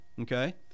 okay